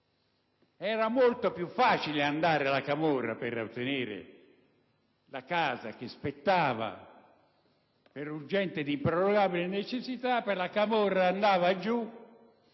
Era molto più facile andare dalla camorra, per ottenere la casa che spettava per urgente ed improrogabile necessità. La camorra andava giù